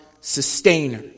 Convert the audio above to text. sustainer